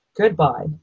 goodbye